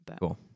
cool